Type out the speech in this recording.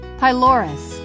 pylorus